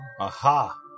Aha